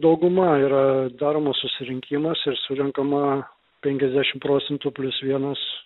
dauguma yra daromas susirinkimas ir surenkama penkiasdešim procentų plius vienas